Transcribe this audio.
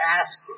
ask